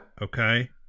Okay